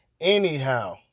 Anyhow